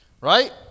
Right